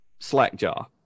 Slackjaw